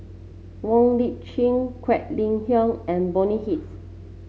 Wong Lip Chin Quek Ling Kiong and Bonny Hicks